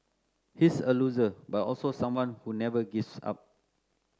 he's a loser but also someone who never gives up